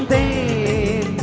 a